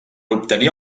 obtenir